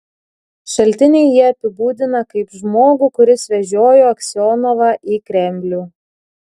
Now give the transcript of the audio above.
šaltiniai jį apibūdina kaip žmogų kuris vežiojo aksionovą į kremlių